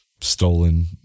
stolen